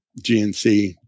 GNC